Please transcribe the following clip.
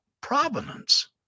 provenance